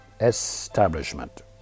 establishment